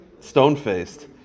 stone-faced